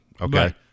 Okay